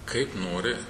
kaip nori